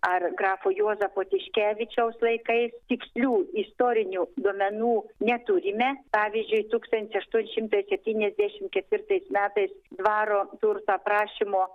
ar grafo juozapo tiškevičiaus laikais tikslių istorinių duomenų neturime pavyzdžiui tūkstantis aštuoni šimtai septyniasdešim ketvirtais metais dvaro turto aprašymo